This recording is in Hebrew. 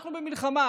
אנחנו במלחמה,